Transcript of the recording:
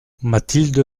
mathilde